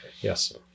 Yes